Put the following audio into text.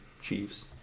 chiefs